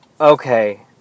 Okay